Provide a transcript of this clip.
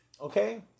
okay